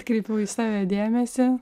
atkreipiau į save dėmesį